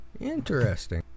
interesting